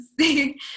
see